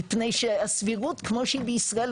מפני שהסבירות כמו שהיא בישראל,